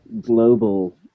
global